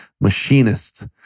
machinist